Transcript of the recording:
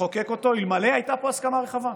לחוקק אותו אלמלא הייתה פה הסכמה רחבה.